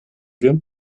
wir